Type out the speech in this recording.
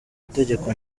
itegeko